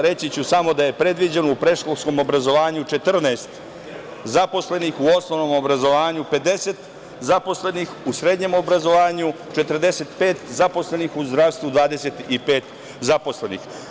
Reći ću samo da je predviđeno u predškolskom obrazovanju 14 zaposlenih, u osnovnom obrazovanju 50 zaposlenih, u srednjem obrazovanju 45 zaposlenih i u zdravstvu 25 zaposlenih.